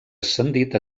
ascendit